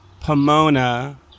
Pomona